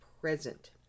present